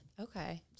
Okay